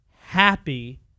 happy